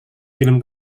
film